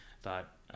thought